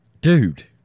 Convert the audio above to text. dude